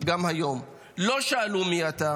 גם היום לא שאלו מי אתה,